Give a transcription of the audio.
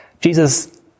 Jesus